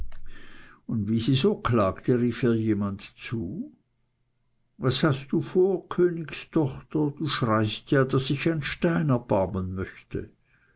und wie sie so klagte rief ihr jemand zu was hast du vor königstochter du schreist ja daß sich ein stein erbarmen möchte